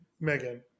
Megan